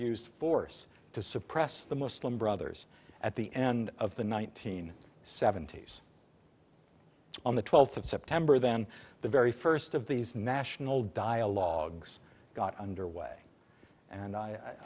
used force to suppress the muslim brothers at the end of the nineteen seventies on the twelfth of september then the very first of these national dialogues got underway and i